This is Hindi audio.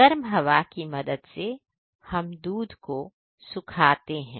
गर्म हवा की मदद से हम दूध को सुखाते हैं